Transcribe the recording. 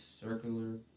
circular